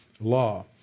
law